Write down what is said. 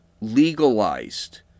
legalized